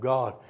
God